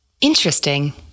Interesting